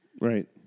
Right